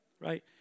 Right